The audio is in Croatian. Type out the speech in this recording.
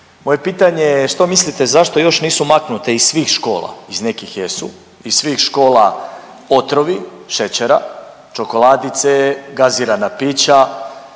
Moje pitanje je što mislite zašto još nisu maknute iz svih škola, iz nekih jesu, iz svih škola otrovi šećera, čokoladice, gazirana pića